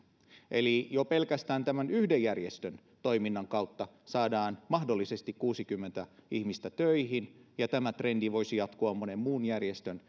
eli jo pelkästään tämän yhden järjestön toiminnan kautta saadaan mahdollisesti kuusikymmentä ihmistä töihin ja tämä trendi voisi jatkua monen muun järjestön